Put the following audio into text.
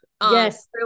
Yes